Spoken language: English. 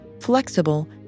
flexible